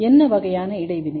என்ன வகையான இடைவினை